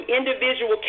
individual